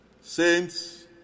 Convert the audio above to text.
Saints